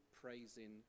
praising